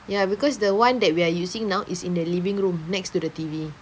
ya because the one that we're using now is in the living room next to the T_V